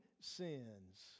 sins